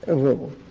ah rule.